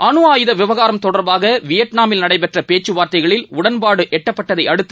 அனுஆயுத விவகாரம் தொடர்பாக வியாட்நாமில் நடைபெற்ற பேச்சுவார்த்தைகளில் உடன்பாடு எட்டப்பட்டதை அடுத்து